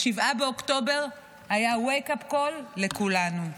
7 באוקטובר היה wake-up call לכולנו.